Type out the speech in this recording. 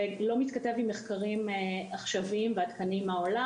ולא מתכתב עם מחקרים עכשוויים ועדכניים מהעולם.